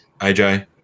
AJ